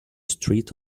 street